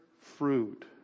fruit